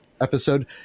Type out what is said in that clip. episode